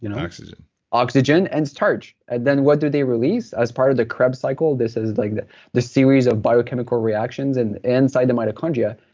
you know oxygen oxygen and starch. and then what do they release as part of the krebs cycle? this is like the the series of biochemical reactions and inside the mitochondria.